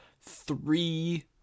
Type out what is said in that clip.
Three